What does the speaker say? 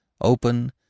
open